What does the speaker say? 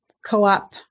co-op